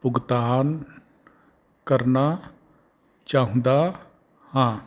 ਭੁਗਤਾਨ ਕਰਨਾ ਚਾਹੁੰਦਾ ਹਾਂ